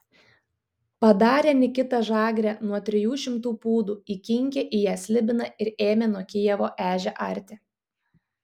padarė nikita žagrę nuo trijų šimtų pūdų įkinkė į ją slibiną ir ėmė nuo kijevo ežią arti